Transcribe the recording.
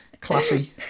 Classy